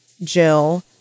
Jill